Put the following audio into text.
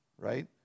Right